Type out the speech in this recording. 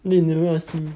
then you never ask me